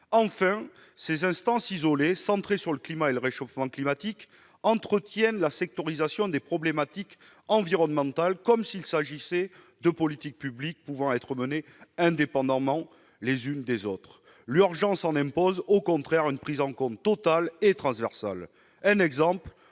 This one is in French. Enfin, ces instances isolées, centrées sur le climat et le réchauffement climatique, entretiennent la sectorisation des problématiques environnementales, comme s'il s'agissait de politiques publiques pouvant être menées indépendamment les unes des autres. L'urgence en impose au contraire une prise en compte totale et transversale. Ainsi,